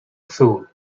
fool